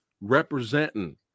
representing